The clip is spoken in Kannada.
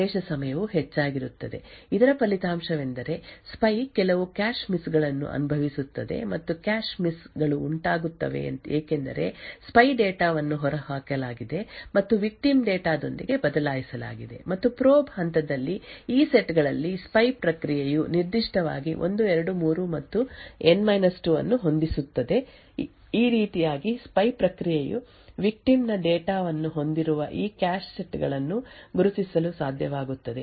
ಈಗ ಸೆಟ್ 1 2 3 ಮತ್ತು N 2 ಗೆ ಪ್ರವೇಶ ಸಮಯವು ಹೆಚ್ಚಾಗಿರುತ್ತದೆ ಇದರ ಫಲಿತಾಂಶವೆಂದರೆ ಸ್ಪೈ ಕೆಲವು ಕ್ಯಾಶ್ ಮಿಸ್ ಗಳನ್ನು ಅನುಭವಿಸುತ್ತದೆ ಮತ್ತು ಕ್ಯಾಶ್ ಮಿಸ್ ಗಳು ಉಂಟಾಗುತ್ತವೆ ಏಕೆಂದರೆ ಸ್ಪೈ ಡೇಟಾ ವನ್ನು ಹೊರಹಾಕಲಾಗಿದೆ ಮತ್ತು ವಿಕ್ಟಿಮ್ ಡೇಟಾ ದೊಂದಿಗೆ ಬದಲಾಯಿಸಲಾಗಿದೆ ಮತ್ತು ಪ್ರೋಬ್ ಹಂತದಲ್ಲಿ ಈ ಸೆಟ್ ಗಳಲ್ಲಿ ಸ್ಪೈ ಪ್ರಕ್ರಿಯೆಯು ನಿರ್ದಿಷ್ಟವಾಗಿ 1 2 3 ಮತ್ತು N 2 ಅನ್ನು ಹೊಂದಿಸುತ್ತದೆ ಈ ರೀತಿಯಾಗಿ ಸ್ಪೈ ಪ್ರಕ್ರಿಯೆಯು ವಿಕ್ಟಿಮ್ ನ ಡೇಟಾ ವನ್ನು ಹೊಂದಿರುವ ಈ ಕ್ಯಾಶ್ ಸೆಟ್ ಗಳನ್ನು ಗುರುತಿಸಲು ಸಾಧ್ಯವಾಗುತ್ತದೆ